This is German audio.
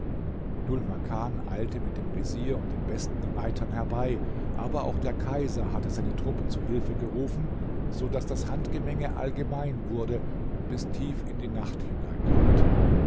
dhul makan eilte mit dem vezier und den besten reitern herbei aber auch der kaiser hatte seine truppen zu hilfe gerufen so daß das handgemenge allgemein wurde und bis tief in die nacht hinein